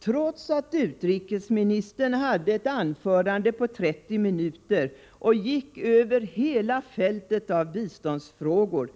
Trots att utrikesministern hade ett anförande på 30 minuter och gick över hela fältet av biståndsfrågor,